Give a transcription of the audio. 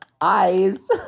eyes